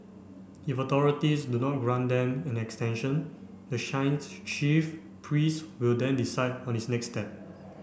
if authorities do not grant them an extension the shrine's chief priest will then decide on its next steps